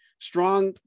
strong